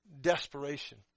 Desperation